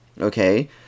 okay